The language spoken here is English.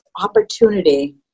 opportunity